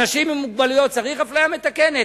אנשים עם מוגבלויות, צריך אפליה מתקנת?